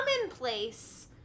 commonplace